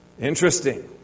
Interesting